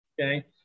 Okay